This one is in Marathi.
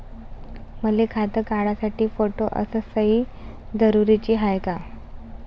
मले खातं काढासाठी फोटो अस सयी जरुरीची हाय का?